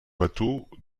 bateaux